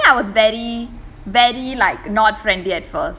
I think I was very very like not friendly at first